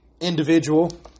individual